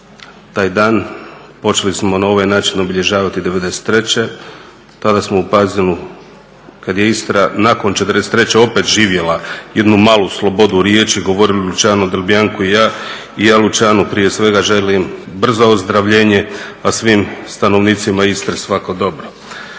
Taj dan počeli smo na ovaj način obilježavati '93. Tada smo u Pazinu kad je Istra nakon '43. opet živjela jednu malu slobodu riječi, govorili Luciano Delbianco i ja i ja Lucianu prije svega želim brzo ozdravljenje, a svim stanovnicima Istre svako dobro.